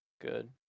good